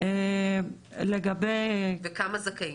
וכמה זכאים?